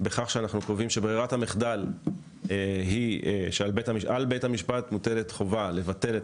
בכך שאנחנו קובעים שברירת המחדל היא שעל בית המשפט מוטלת חובה לבטל את